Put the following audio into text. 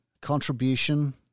Contribution